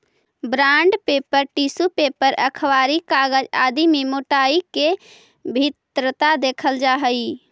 bond paper, tissue paper, अखबारी कागज आदि में मोटाई के भिन्नता देखल जा हई